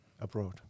abroad